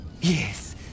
Yes